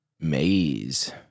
maze